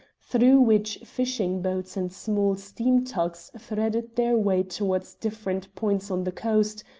through which fishing boats and small steam tugs threaded their way towards different points on the coast,